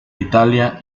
italia